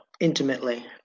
Intimately